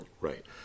Right